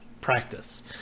practice